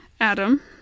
Adam